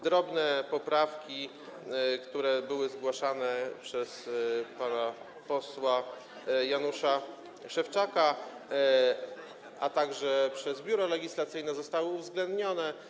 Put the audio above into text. Drobne poprawki, które były zgłaszane przez pana posła Jana Szewczaka, a także Biuro Legislacyjne, zostały uwzględnione.